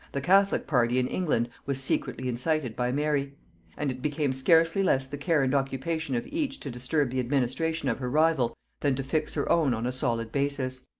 the catholic party in england was secretly incited by mary and it became scarcely less the care and occupation of each to disturb the administration of her rival than to fix her own on a solid basis.